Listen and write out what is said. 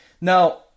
Now